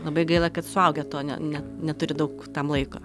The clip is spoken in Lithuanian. labai gaila kad suaugę to ne ne neturi daug tam laiko